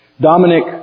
Dominic